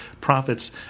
prophets